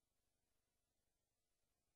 הנשים,